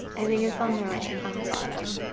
i think it's on the right on the bottom.